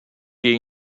jej